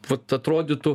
vat atrodytų